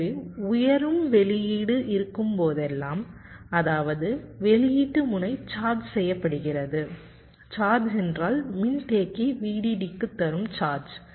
எனவே உயரும் வெளியீடு இருக்கும் போதெல்லாம் அதாவது வெளியீட்டு முனை சார்ஜ் செய்யப்படுகிறது சார்ஜ் என்றால் மின்தேக்கி VDD க்கு தரும் சார்ஜ்